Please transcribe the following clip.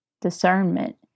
discernment